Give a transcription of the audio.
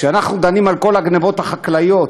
כשאנחנו דנים בכל הגנבות החקלאיות,